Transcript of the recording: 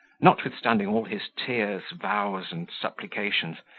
notwithstanding all his tears, vows, and supplications,